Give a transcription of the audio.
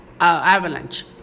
avalanche